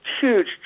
huge